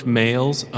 males